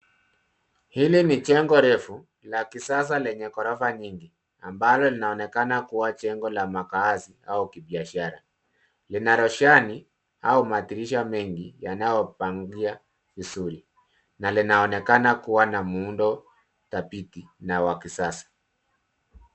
Hili ni jengo refu la kisasa lenye ghorofa nyingi ambalo linaonekana kuwa jengo la makazi au kibiashara. Lina roshani au madirisha mengi yanayopangia vizuri, na linaonekana kuwa na muundo dhabiti na wa kisasa.